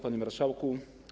Panie Marszałku!